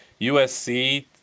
USC